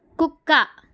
కుక్క